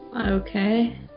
okay